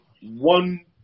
one